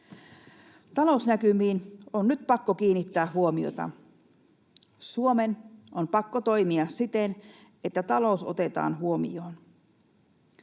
Talousnäkymiin on nyt pakko kiinnittää huomiota. Suomen on pakko toimia siten, että talous otetaan huomioon.